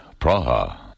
Praha